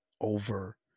over